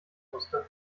musste